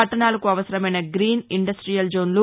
పట్టణాలకు అవసరమైన green industrial జోన్లు